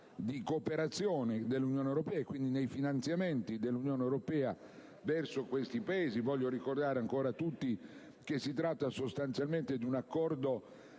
di cooperazione dell'Unione europea e - quindi - nei finanziamenti dell'Unione europea verso questi Paesi. Voglio ricordare ancora a tutti che si tratta, sostanzialmente, di un Accordo